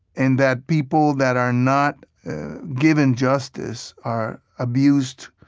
and that people that are not given justice are abused,